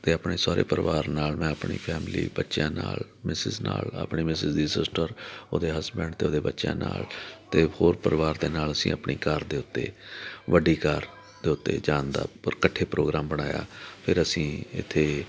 ਅਤੇ ਆਪਣੇ ਸਹੁਰੇ ਪਰਿਵਾਰ ਨਾਲ ਮੈਂ ਆਪਣੀ ਫੈਮਲੀ ਬੱਚਿਆਂ ਨਾਲ ਮਿਸਿਜ਼ ਨਾਲ ਆਪਣੇ ਮਿਸਿਜ਼ ਦੀ ਸਿਸਟਰ ਉਹਦੇ ਹਸਬੈਂਡ ਅਤੇ ਉਹਦੇ ਬੱਚਿਆਂ ਨਾਲ ਅਤੇ ਹੋਰ ਪਰਿਵਾਰ ਦੇ ਨਾਲ ਅਸੀਂ ਆਪਣੀ ਕਾਰ ਦੇ ਉੱਤੇ ਵੱਡੀ ਕਾਰ ਦੇ ਉੱਤੇ ਜਾਣ ਦਾ ਉੱਪਰ ਇਕੱਠੇ ਪ੍ਰੋਗਰਾਮ ਬਣਾਇਆ ਫਿਰ ਅਸੀਂ ਇੱਥੇ